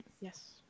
Yes